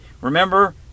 Remember